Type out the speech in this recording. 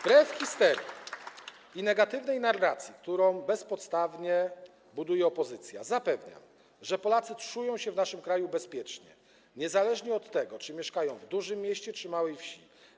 Wbrew histerii i negatywnej narracji, którą bezpodstawnie buduje opozycja, zapewniam, że Polacy czują się w naszym kraju bezpiecznie, niezależnie od tego, czy mieszkają w dużym mieście, czy w małej wsi.